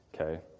Okay